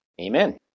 Amen